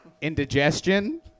indigestion